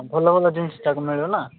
ଭଲ ଭଲ ଜିନିଷଟାକୁ ମିଳିବ ନା